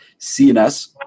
CNS